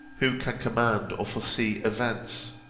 who can command or foresee events?